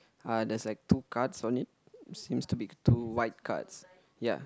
uh there's like two cards on it seems to be two white cards